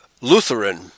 Lutheran